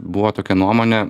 buvo tokią nuomonė